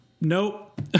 Nope